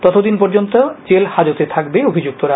ততদিন পর্যন্ত জেলহাজতে থাকবে অভিযুক্তরা